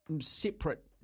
separate